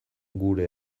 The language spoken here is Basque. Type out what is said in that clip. gure